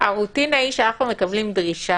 הרוטינה היא שאנחנו מקבלים דרישה,